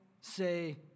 say